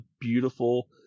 beautiful